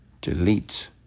delete